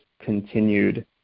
continued